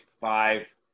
five